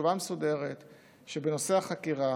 התשובה המסודרת היא שבנושא החקירה